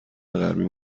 غربی